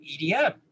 edm